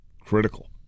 critical